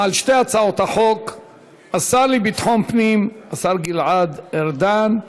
על שתי הצעות החוק השר לביטחון הפנים גלעד ארדן.